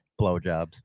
Blowjobs